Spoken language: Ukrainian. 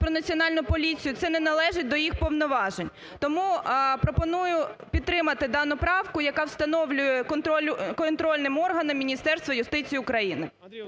про Національну поліцію – це не належить до їх повноважень. Тому пропоную підтримати дану правку, яка встановлює контрольним органом Міністерство юстиції України.